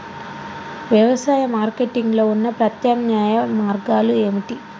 వ్యవసాయ మార్కెటింగ్ లో ఉన్న ప్రత్యామ్నాయ మార్గాలు ఏమిటి?